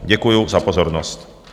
Děkuju za pozornost.